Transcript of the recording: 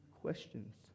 questions